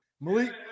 Malik